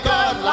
God